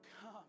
come